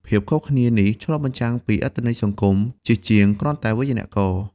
ភាពខុសគ្នានេះឆ្លុះបញ្ចាំងពីអត្ថន័យសង្គម ជាជាងគ្រាន់តែវេយ្យាករណ៍។